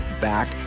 back